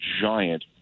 giant